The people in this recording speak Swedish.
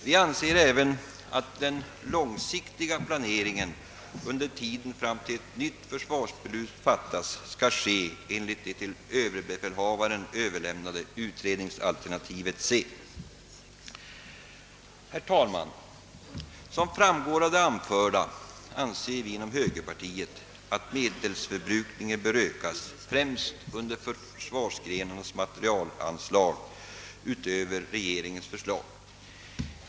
Vi anser även att den långsiktiga planeringen under tiden fram till dess att ett nytt försvarsbeslut fattas skall ske enligt det till överbefälhavaren överlämnade utredningsalternativet C. Herr talman! Som framgår av det anförda anser vi inom högerpartiet att medelsförbrukningen främst under försvarsgrenarnas materielanslag bör ökas utöver regeringens förslag.